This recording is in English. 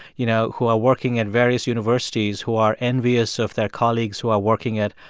you know, who are working at various universities who are envious of their colleagues who are working at,